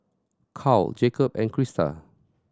Carl Jakob and Crysta